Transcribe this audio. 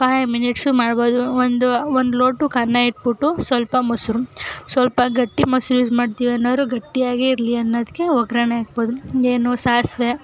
five minutes ಮಾಡ್ಬೋದು ಒಂದು ಒಂದು ಲೋಟಕ್ಕೆ ಅನ್ನ ಇಟ್ಬಿಟ್ಟು ಸ್ವಲ್ಪ ಮೊಸರು ಸ್ವಲ್ಪ ಗಟ್ಟಿ ಮೊಸರು ಯೂಸ್ ಮಾಡ್ತೀವಿ ಅನ್ನೋರು ಗಟ್ಟಿಯಾಗಿ ಇರಲಿ ಅನ್ನೋದಕ್ಕೆ ಒಗ್ಗರಣೆ ಹಾಕ್ಬೋದು ಏನು ಸಾಸಿವೆ